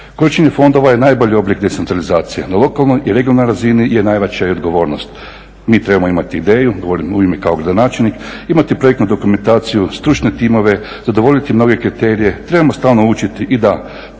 Korištenje fondova je najbolji oblik decentralizacije, na lokalnoj i regionalnoj razini je najveća i odgovornost. Mi trebamo imati ideju, govorim kao gradonačelnik, imati projektnu dokumentaciju, stručne timove, zadovoljiti mnoge kriterije, trebamo stalno učiti i da